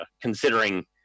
considering